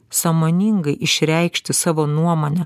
sąmoningai išreikšti savo nuomonę